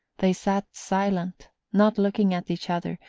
they sat silent, not looking at each other,